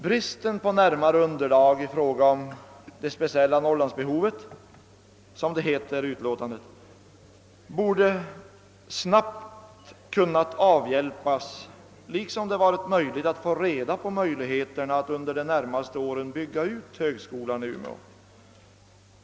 Bristen på närmare underlag i fråga om det speciella »Norrlandsbehovet», som det heter i utlåtandet, borde alltså snabbt ha kunnat avhjälpas, och detsamma gäller möjligheterna att under de närmaste åren bygga ut högskolan i Umeå.